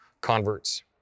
converts